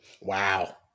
Wow